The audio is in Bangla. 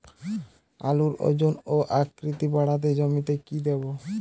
আলুর ওজন ও আকৃতি বাড়াতে জমিতে কি দেবো?